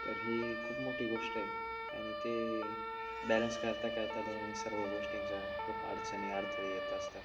तर ही खूप मोठी गोष्ट आहे आणि ते बॅलन्स करता करता दोन सर्व गोष्टींचा खूप अडचणी अडथळे येत असतात